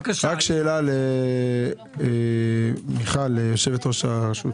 שאלה למיכל, הממונה על התחרות.